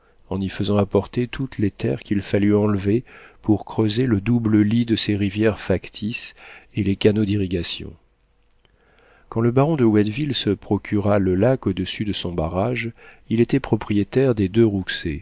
en y faisant apporter toutes les terres qu'il fallut enlever pour creuser le double lit de ses rivières factices et les canaux d'irrigation quand le baron de watteville se procura le lac au-dessus de son barrage il était propriétaire des deux